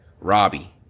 Robbie